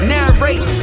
Narrate